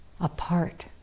apart